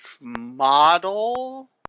model